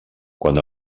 quan